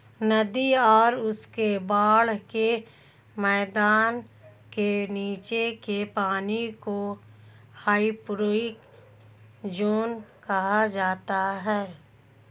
नदी और उसके बाढ़ के मैदान के नीचे के पानी को हाइपोरिक ज़ोन कहा जाता है